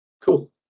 Cool